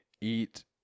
eat